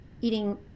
eating